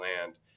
land